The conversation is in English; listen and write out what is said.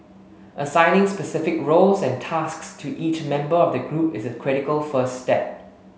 assigning specific roles and tasks to each member of the group is a critical first step